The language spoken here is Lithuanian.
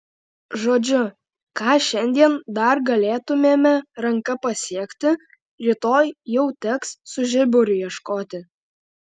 žodžiu ką šiandien dar galėtumėme ranka pasiekti rytoj jau teks su žiburiu ieškoti